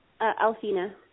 Alfina